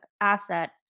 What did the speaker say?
asset